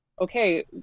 okay